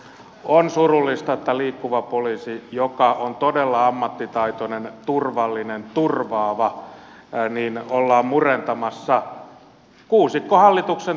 on surullista että liikkuva poliisi joka on todella ammattitaitoinen turvallinen turvaava ollaan murentamassa kuusikkohallituksen toimesta